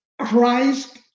Christ